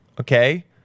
okay